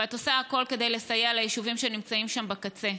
ואת עושה הכול כדי לסייע ליישובים שנמצאים שם בקצה.